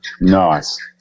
Nice